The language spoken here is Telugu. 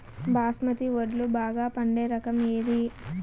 బాస్మతి వడ్లు బాగా పండే రకం ఏది